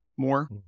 more